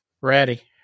Ready